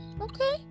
okay